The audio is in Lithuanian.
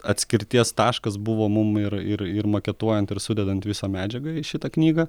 atskirties taškas buvo mum ir ir ir maketuojant ir sudedant visą medžiagą į šitą knygą